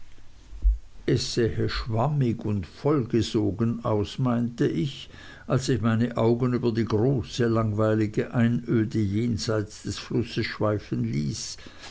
sähe schwammig und vollgesogen aus meinte ich als ich meine augen über die große langweilige einöde jenseits des flusses schweifen ließ